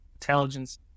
intelligence